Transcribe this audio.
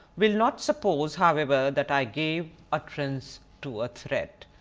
will not suppose however that i gave utterance to a threat.